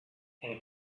and